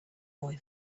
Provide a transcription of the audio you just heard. boy